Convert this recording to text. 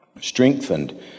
strengthened